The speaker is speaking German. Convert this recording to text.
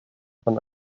von